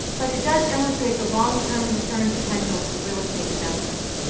but it does illustrate the long-term return potential of real estate and investments.